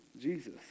Jesus